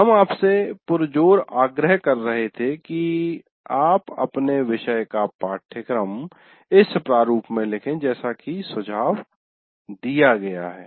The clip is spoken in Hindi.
हम आपसे पुरजोर आग्रह कर रहे थे कि आप अपने विषय का पाठ्यक्रम इस प्रारूप में लिखें जैसा कि सुझाव दिया गया है